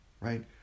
right